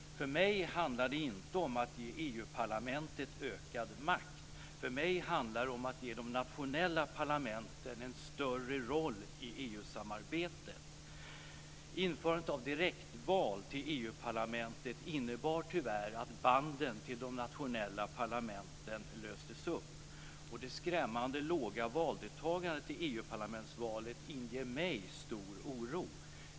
För mig handlar det inte om att ge EU-parlamentet ökad makt. För mig handlar det om att ge de nationella parlamenten en större roll i Införandet av direktval till EU-parlamentet innebar tyvärr att banden till de nationella parlamenten löstes upp, och det skrämmande låga valdeltagandet i EU-parlamentsvalet inger mig stor oro.